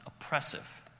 oppressive